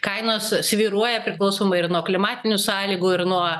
kainos svyruoja priklausomai ir nuo klimatinių sąlygų ir nuo